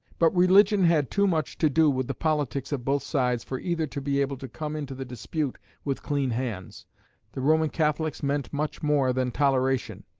but religion had too much to do with the politics of both sides for either to be able to come into the dispute with clean hands the roman catholics meant much more than toleration,